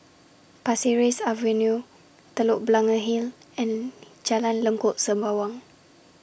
Pasir Ris Avenue Telok Blangah Hill and Jalan Lengkok Sembawang